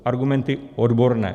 Argumenty odborné.